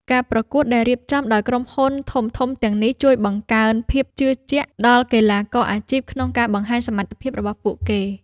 ការប្រកួតដែលរៀបចំដោយក្រុមហ៊ុនធំៗទាំងនេះ ជួយបង្កើនភាពជឿជាក់ដល់កីឡាករអាជីពក្នុងការបង្ហាញសមត្ថភាពរបស់ពួកគេ។